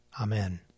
Amen